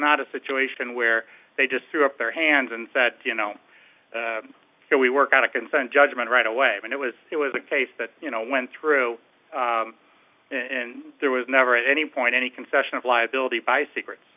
not a situation where they just threw up their hands and said you know we work on a consent judgment right away and it was it was a case that you know went through in there was never at any point any concession of liability by secrets